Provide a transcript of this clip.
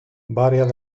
varias